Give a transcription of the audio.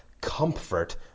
comfort